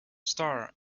star